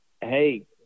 hey